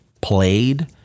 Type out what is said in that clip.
played